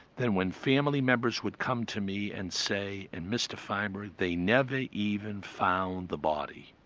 than when family members would come to me and say, and mr feinberg, they never even found the body.